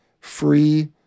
free